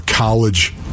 college